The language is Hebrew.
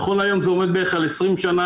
נכון להיום זה עומד בערך על 20 שנה,